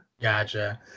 Gotcha